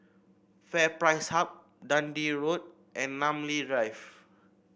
FairPrice Hub Dundee Road and Namly Drive